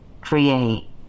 create